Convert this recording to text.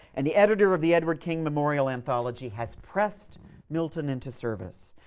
and the editor of the edward king memorial anthology has pressed milton into service.